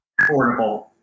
affordable